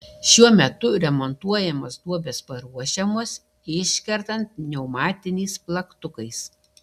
šiuo metu remontuojamos duobės paruošiamos iškertant pneumatiniais plaktukais